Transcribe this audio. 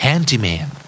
handyman